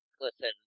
Listen